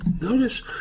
Notice